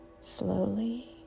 slowly